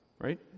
right